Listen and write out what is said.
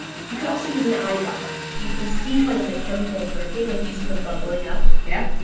you could also use an eyedropper you can see kind of the chemicals working. like, do you see the bubbling up? yeah,